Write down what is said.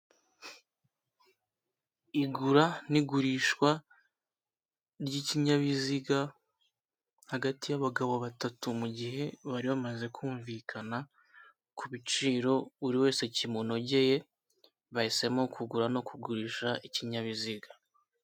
Igura n'igurishwa ry'ikinyabiziga hagati y'abagabo batatu, mu gihe bari bamaze kumvikana ku biciro buri wese kimunogeye, bahisemo kugura no kugurisha ikinyabiziga.